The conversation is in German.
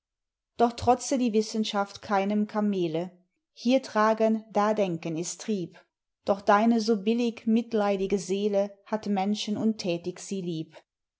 doch trotze die wissenschaft keinem kameele hier tragen da denken ist trieb doch deine so billig mitleidige seele hat menschen und thätig sie lieb